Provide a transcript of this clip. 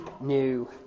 new